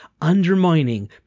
undermining